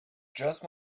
just